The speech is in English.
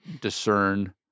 discern